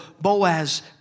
Boaz